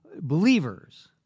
believers